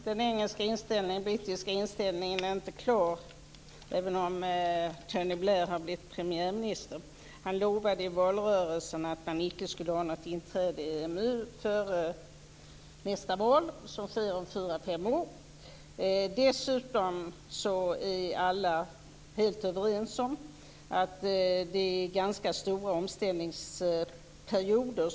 Herr talman! Den brittiska inställningen är inte klar, även om Tony Blair har blivit premiärminister. Han lovade i valrörelsen att det icke skulle bli något inträde i EMU före nästa val som hålls om fyra fem år. Dessutom är alla helt överens om att det rör sig om ganska långa omställningsperioder.